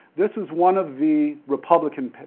this is one of the republican,